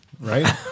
right